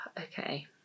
Okay